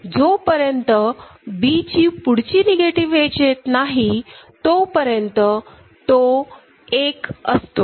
जोपर्यंत Bची पुढची निगेटिव एज येत नाही तोपर्यंत तो 1 असतो